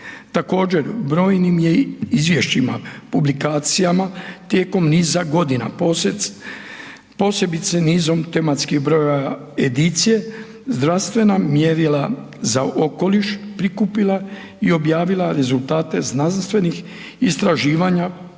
Također brojnim je izvješćima, publikacijama tijekom niza godina posebice nizom tematskim brojeva edicije zdravstvena mjerila za okoliš prikupila i objavila rezultate znanstvenih istraživanja